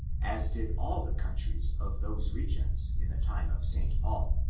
as did all the countries of those regions in the time of st. paul